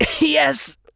Yes